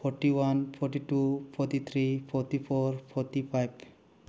forty one forty two forty three forty four forty five